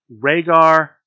Rhaegar